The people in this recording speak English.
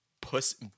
puss